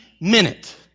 minute